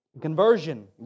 conversion